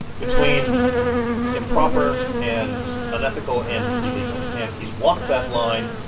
between improper and unethical and illegal. and he's walked that line.